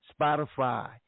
Spotify